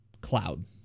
cloud